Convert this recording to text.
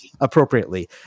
appropriately